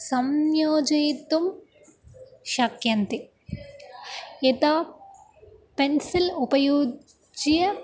संयोजयितुं शक्यन्ते यथा पेन्सिल् उपयुज्य